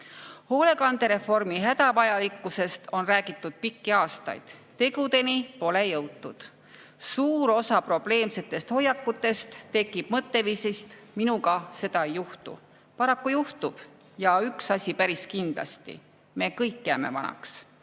Hoolekandereformi hädavajalikkusest on räägitud pikki aastaid, tegudeni pole jõutud. Suur osa probleemsetest hoiakutest tekib mõtteviisist, et minuga seda ei juhtu. Paraku juhtub ja üks asi juhtub päris kindlasti: me kõik jääme vanaks.